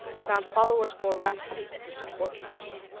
found followers more rapidly than he could organize them.